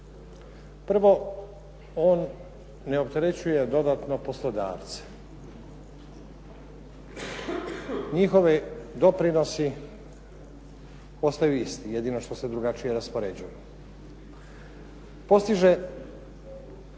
Prvo, on ne opterećuje dodatno poslodavce. Njihovi doprinosi ostaju isti, jedino što se drugačije raspoređuju. Postiže